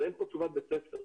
אין פה תשובת בית ספר,